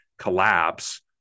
collapse